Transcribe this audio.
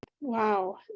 wow